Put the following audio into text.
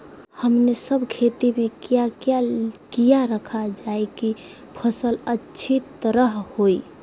हमने सब खेती में क्या क्या किया रखा जाए की फसल अच्छी तरह होई?